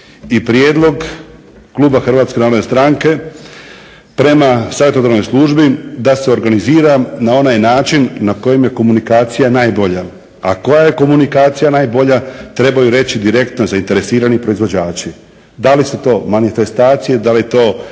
I prijedlog kluba Hrvatske narodne stranke prema savjetodavnoj službi da se organizira na onaj način na kojem je komunikacija najbolja, a koja je komunikacija najbolja trebaju reći direktno zainteresirani proizvođači. Da li su to manifestacije, da li je